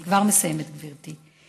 אני כבר מסיימת, גברתי.